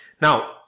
Now